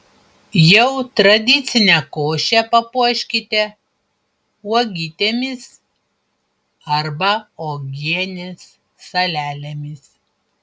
jau tradicinę košę papuoškite uogytėmis arba uogienės salelėmis